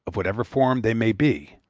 of whatsoever form they may be,